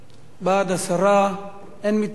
בעד, 10, אין מתנגדים.